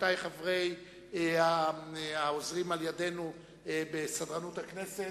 לרבותי העוזרים על-ידנו בסדרנות הכנסת,